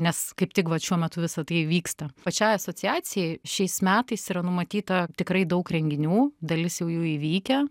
nes kaip tik vat šiuo metu visa tai vyksta pačiai asociacijai šiais metais yra numatyta tikrai daug renginių dalis jau jų įvykę